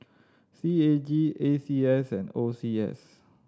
C A G A C S and O C S